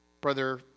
Brother